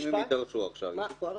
אבל אם הם יידרשו עכשיו, יטופל הנושא.